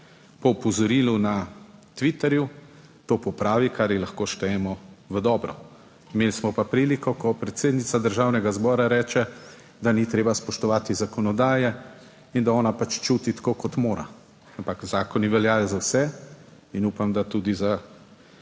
Po opozorilu na Twitterju to popravi, kar lahko štejemo v dobro. Imeli smo pa priliko, ko predsednica Državnega zbora reče, da ni treba spoštovati zakonodaje in da ona pač čuti tako kot mora. Ampak zakoni veljajo za vse in upam, da tudi za